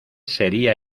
sería